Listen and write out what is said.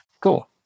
Cool